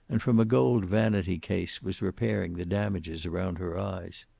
and from a gold vanity-case was repairing the damages around her eyes.